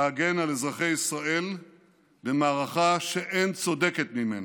להגן על אזרחי ישראל במערכה שאין צודקת ממנה.